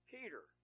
Peter